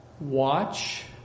watch